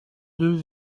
deux